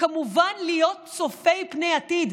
כמובן להיות צופי פני עתיד,